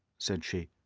said she.